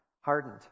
Hardened